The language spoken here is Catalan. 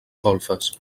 golfes